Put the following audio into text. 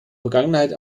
vergangenheit